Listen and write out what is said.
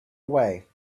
away